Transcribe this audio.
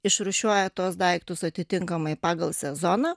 išrūšiuoja tuos daiktus atitinkamai pagal sezoną